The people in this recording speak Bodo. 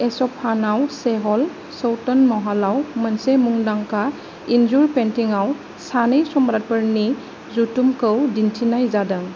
एसफ हानाव चेहल स'तौन महलाव मोनसे मुंदांखा इनजुर पेन्टिङाव सानै सम्राटफोरनि जथुमखौ दिनथिनाय जादों